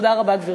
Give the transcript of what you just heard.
תודה רבה, גברתי.